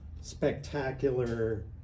spectacular